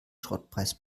schrottpreis